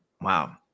wow